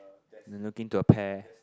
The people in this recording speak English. and looking to a pair